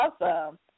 awesome